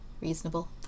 reasonable